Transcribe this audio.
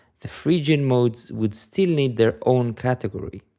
the phrygian modes would still need their own category.